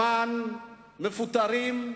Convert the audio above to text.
למען המפוטרים.